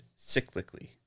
cyclically